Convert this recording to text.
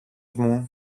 μου